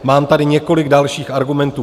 Mám tady k tomu několik dalších argumentů.